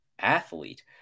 athlete